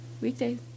Weekdays